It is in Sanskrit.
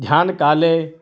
ध्यानकाले